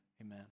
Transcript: Amen